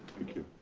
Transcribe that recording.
thank you.